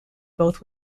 both